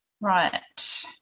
Right